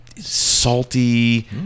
salty